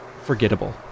forgettable